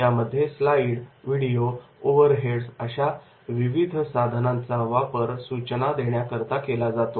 यामध्ये slide video overheads अशा विविध साधनांचा वापर सूचना देण्याकरता केला जातो